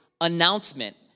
announcement